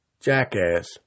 jackass